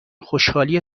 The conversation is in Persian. خوشحالیو